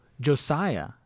Josiah